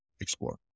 explore